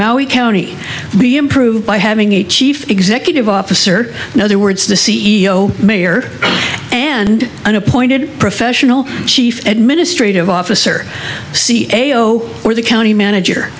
maui county be improved by having a chief executive officer in other words the c e o mayor and an appointed professional chief administrative officer see a o or the county manager